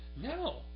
No